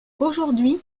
aujourd’hui